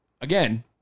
again